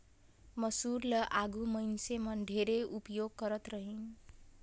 मूसर ल आघु मइनसे मन ढेरे उपियोग करत रहिन